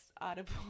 audible